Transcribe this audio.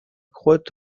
croates